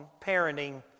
parenting